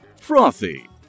frothy